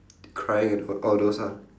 crying and all those ah